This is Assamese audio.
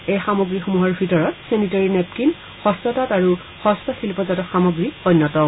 এই সামগ্ৰীসমূহৰ ভিতৰত চেনিটেৰি নেপকিন হস্ত্ৰতাঁত আৰু হস্ত্ৰশিল্পজাত সামগ্ৰী অন্যতম